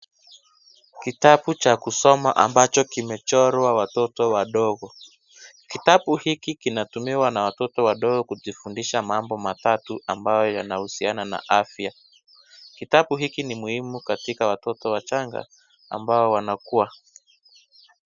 Kitabu cha kusoma ambacho kimechorwa watoto wadogo . Kitabu hiki kinatumiwa na watoto wadogo kujifundisha mambo matatu ambayo yanahusiana na afya. Kitabu hiki ni muhimu katoka watoto wachanga ambao wanakuwa.